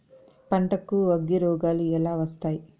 పంటకు అగ్గిరోగాలు ఎలా వస్తాయి?